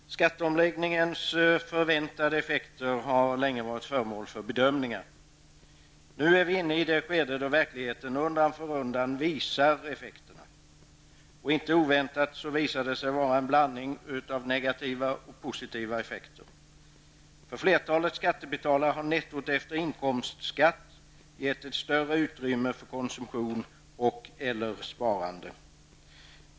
Herr talman! Skatteomläggningens förväntade effekter har länge varit föremål för bedömningar. Nu är vi inne i det skede då verkligheten undan för undan visar effekterna. Inte oväntat visar det sig vara en blandning av negativa och positiva effekter. För flertalet skattebetalare har nettot efter inkomstskatt gett större uttrymme för konsumtion eller sparande.